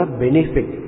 benefit